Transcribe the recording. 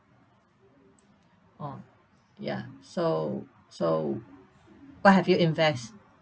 oh ya so so what have you invest